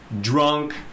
drunk